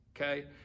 okay